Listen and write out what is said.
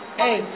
hey